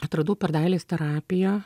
atradau per dailės terapiją